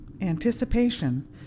anticipation